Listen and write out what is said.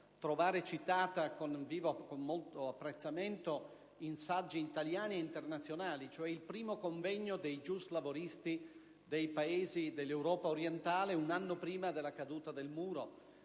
trovare citata con molto apprezzamento in saggi italiani e internazionali, cioè il primo Convegno dei giuslavoristi dei Paesi dell'Europa orientale, tenutosi un anno prima della caduta del Muro.